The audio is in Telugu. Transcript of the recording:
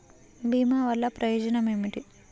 భీమ వల్లన ప్రయోజనం ఏమిటి?